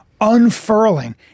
unfurling